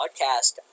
podcast